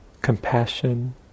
compassion